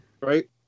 right